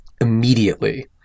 immediately